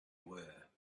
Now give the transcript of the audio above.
were